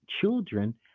children